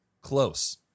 close